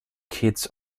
kids